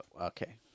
Okay